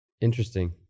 Interesting